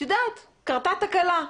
את יודעת, קרתה תקלה,